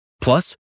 Plus